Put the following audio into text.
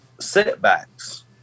setbacks